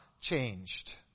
changed